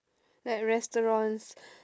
like restaurants